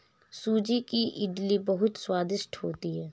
सूजी की इडली बहुत स्वादिष्ट होती है